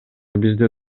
бизде